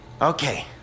okay